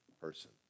person